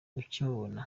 ukimubona